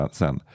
sen